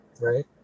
right